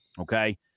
okay